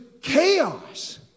chaos